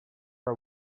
are